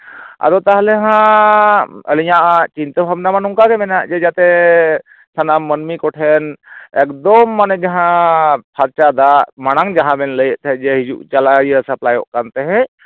ᱟᱫᱚ ᱛᱟᱦᱚᱞᱮ ᱦᱟᱸᱜ ᱟᱞᱤᱧᱟᱜ ᱪᱤᱱᱛᱟᱹ ᱵᱷᱟᱵᱱᱟ ᱱᱚᱝᱠᱟ ᱢᱮᱱᱟᱜ ᱡᱮ ᱡᱟᱛᱮ ᱥᱟᱱᱟᱢ ᱢᱟᱹᱱᱢᱤ ᱠᱚ ᱴᱷᱮᱱ ᱮᱠᱫᱚᱢ ᱢᱟᱱᱮ ᱡᱟᱦᱟᱸ ᱯᱷᱟᱨᱪᱟ ᱫᱟᱜ ᱢᱟᱲᱟᱝ ᱡᱟᱦᱟᱸ ᱵᱮᱱ ᱞᱟᱹᱭᱮᱫ ᱛᱟᱦᱮᱸ ᱦᱤᱡᱩᱜ ᱪᱟᱞᱟᱜ ᱥᱟᱯᱞᱟᱭᱚᱜ ᱠᱟᱱ ᱛᱟᱦᱮᱸᱜ